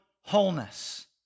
wholeness